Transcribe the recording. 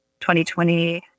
2020